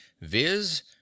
viz